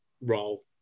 role